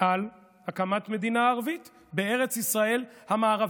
על הקמת מדינה ערבית בארץ ישראל המערבית.